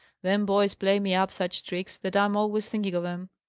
them boys play me up such tricks, that i'm always thinking of em.